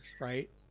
right